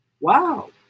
wow